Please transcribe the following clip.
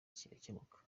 kigakemuka